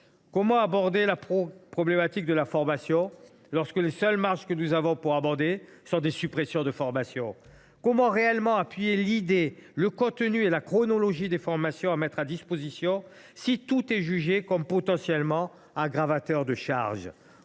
Comment aborder la problématique de la formation, lorsque les seules marges dont nous disposons reviennent à supprimer des formations ? Comment véritablement appuyer l’idée, le contenu et la chronologie des formations à mettre à disposition, si tout est jugé potentiellement aggravateur de charges ?